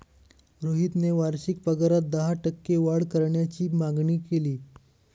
रोहितने वार्षिक पगारात दहा टक्के वाढ करण्याची मागणी केली